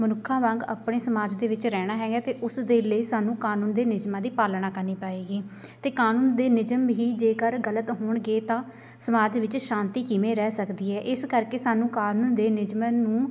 ਮਨੁੱਖਾ ਵਾਂਗ ਆਪਣੇ ਸਮਾਜ ਦੇ ਵਿੱਚ ਰਹਿਣਾ ਹੈਗਾ ਤਾਂ ਉਸ ਦੇ ਲਈ ਸਾਨੂੰ ਕਾਨੂੰਨ ਦੇ ਨਿਯਮਾਂ ਦੀ ਪਾਲਣਾ ਕਰਨੀ ਪਏਗੀ ਅਤੇ ਕਾਨੂੰਨ ਦੇ ਨਿਯਮ ਹੀ ਜੇਕਰ ਗਲਤ ਹੋਣਗੇ ਤਾਂ ਸਮਾਜ ਵਿੱਚ ਸ਼ਾਂਤੀ ਕਿਵੇਂ ਰਹਿ ਸਕਦੀ ਹੈ ਇਸ ਕਰਕੇ ਸਾਨੂੰ ਕਾਨੂੰਨ ਦੇ ਨਿਯਮਾਂ ਨੂੰ